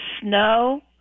snow